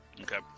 Okay